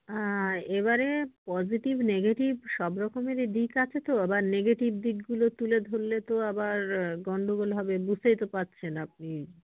হাঁ এবারে positive negative সব রকমেরই দিক আছে তো আবার নেগেটিভ দিকগুলো তুলে ধরলে তো আবার গণ্ডগোল হবে বুঝতেই তো পারছেন আপনি